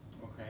okay